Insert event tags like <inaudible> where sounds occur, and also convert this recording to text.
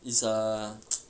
it's a <noise>